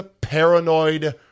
paranoid